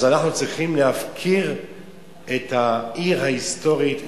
אנחנו צריכים להפקיר את העיר ההיסטורית,